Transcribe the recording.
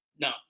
No